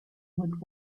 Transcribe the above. would